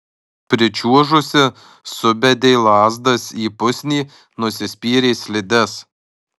pričiuožusi subedė lazdas į pusnį nusispyrė slides